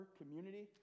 community